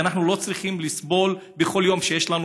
כי אנחנו לא צריכים לסבול בכל יום שיש לנו